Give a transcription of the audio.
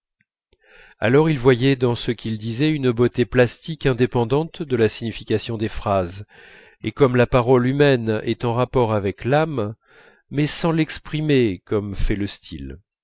alors il voyait dans ce qu'il disait une beauté plastique indépendante de la signification des phrases et comme la parole humaine est en rapport avec l'âme mais sans l'exprimer comme fait le style